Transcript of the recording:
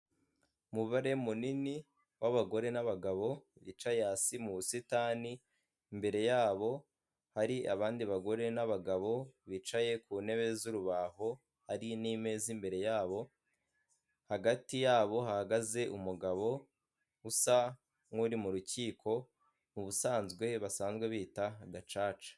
Umubare munini w'abagore n'abagabo bicaye hasi mu busitani, imbere yabo hari abandi bagore n'abagabo bicaye ku ntebe z'urubaho, hari n'imeza imbere yabo, hagati yabo hahagaze umugabo usa nk'uri mu rukiko, mu busanzwe basanzwe bita gacaca.